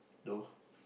no